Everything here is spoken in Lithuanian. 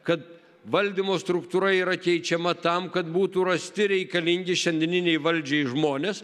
kad valdymo struktūra yra keičiama tam kad būtų rasti reikalingi šiandieninei valdžiai žmonės